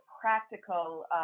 practical